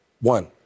one